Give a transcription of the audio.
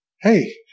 hey